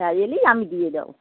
হ্যাঁ এলেই আমি দিয়ে দেবো